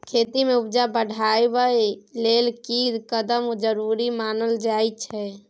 खेती में उपजा बढ़ाबइ लेल ई कदम जरूरी मानल जाइ छै